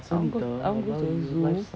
I want to go I want to go to the zoo